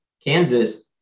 Kansas